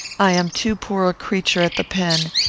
i am too poor a creature at the pen,